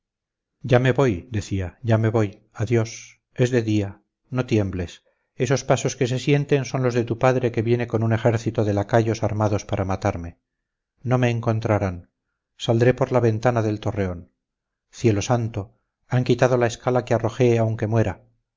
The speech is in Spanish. ya me voy decía ya me voy adiós es de día no tiembles esos pasos que se sienten son los de tu padre que viene con un ejército de lacayos armados para matarme no me encontrarán saldré por la ventana del torreón cielo santo han quitado la escala me arrojaré aunque muera